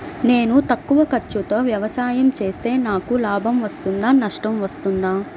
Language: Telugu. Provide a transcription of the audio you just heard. నేను తక్కువ ఖర్చుతో వ్యవసాయం చేస్తే నాకు లాభం వస్తుందా నష్టం వస్తుందా?